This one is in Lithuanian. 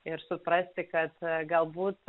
ir suprasti kad galbūt